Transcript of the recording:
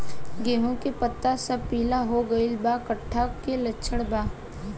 गेहूं के पता सब पीला हो गइल बा कट्ठा के लक्षण बा?